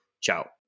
ciao